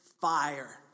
fire